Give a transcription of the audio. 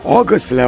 August